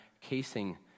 casing